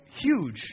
huge